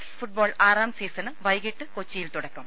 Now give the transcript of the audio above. L football ആറാം season വൈകിട്ട് കൊച്ചിയിൽ തുടക്കം